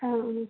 ആ ആ